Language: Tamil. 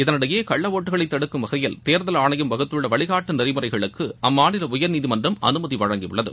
இதனிடையே கள்ள ஒட்டுகளை தடுக்கும வகையில் தேர்தல் ஆணையம் வகுத்துள்ள வழிகாட்டு நெறிமுறைகளுக்கு அம்மாநில உயர்நீதிமன்றம் அனுமதி வழங்கியுள்ளது